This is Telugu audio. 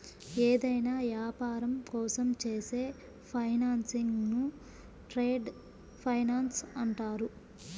ఏదైనా యాపారం కోసం చేసే ఫైనాన్సింగ్ను ట్రేడ్ ఫైనాన్స్ అంటారు